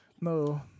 No